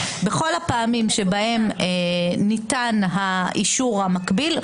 בכל הפעמים שבהן ניתן האישור המקביל,